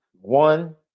One